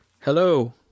Hello